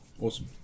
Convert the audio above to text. awesome